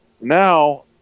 now